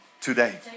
today